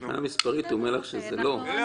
מבחינה מספרית הוא אומר לך שזה לא.